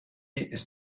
ist